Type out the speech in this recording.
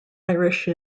irish